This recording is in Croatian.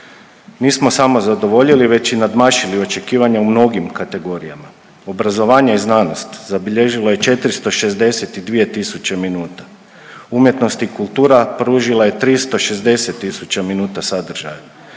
Nismo samo zadovoljili, već i nadmašili očekivanja u mnogim kategorijama. Obrazovanje i znanost zabilježilo je 462 tisuće minuta. Umjetnost i kultura pružila je 360 minuta sadržaja,